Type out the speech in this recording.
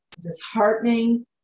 disheartening